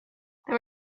there